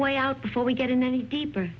way out before we get in any deeper